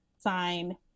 sign